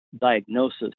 diagnosis